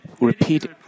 repeat